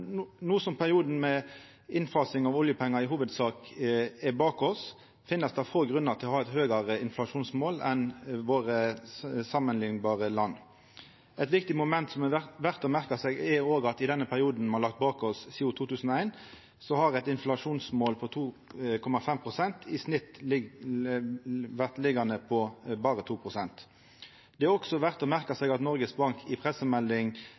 No som perioden med innfasing av oljepengar i hovudsak er bak oss, finst det få grunnar til å ha eit høgare inflasjonsmål enn samanliknbare land. Eit viktig moment som er verdt å merka seg, er at i den perioden me har lagt bak oss sidan 2001, har inflasjonsmålet på 2,5 pst. i snitt lege på berre 2 pst. Det er også verdt å merka seg at Noregs Bank i pressemelding